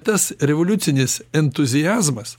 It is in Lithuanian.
tas revoliucinis entuziazmas